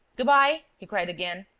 good-bye! he cried again,